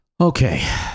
Okay